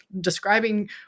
describing